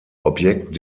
objekt